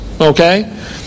okay